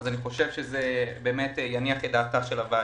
אני חושב שזה יניח את דעת הוועדה.